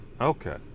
okay